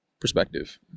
perspective